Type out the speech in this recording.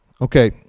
Okay